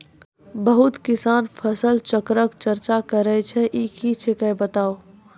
बहुत किसान फसल चक्रक चर्चा करै छै ई की छियै बताऊ?